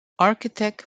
architect